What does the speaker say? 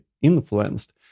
influenced